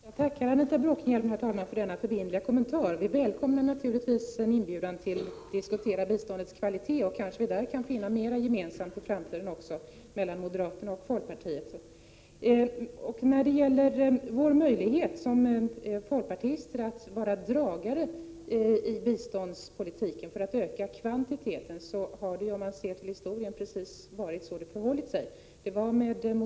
Herr talman! Jag tackar Anita Bråkenhielm för denna förbindliga kommentar. Vi välkomnar naturligtvis en inbjudan att diskutera biståndets kvalitet. Det är möjligt att moderaterna och folkpartisterna i framtiden kan finna mer som förenar dem i dessa frågor. Om vi ser till historien är det ju faktiskt så att folkpartiet varit dragare när det gällt att öka biståndets kvantitet.